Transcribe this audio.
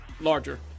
larger